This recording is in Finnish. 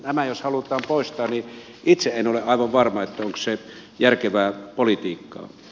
nämä jos halutaan poistaa niin itse en ole aivan varma onko se järkevää politiikkaa